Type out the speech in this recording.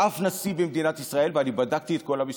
אף נשיא במדינת ישראל, ואני בדקתי את כל המספרים,